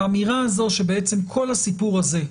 האמירה הזו שבעצם כל הסיפור הזה,